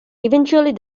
eventually